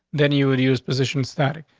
then you would use position static.